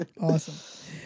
Awesome